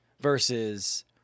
Versus